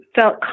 felt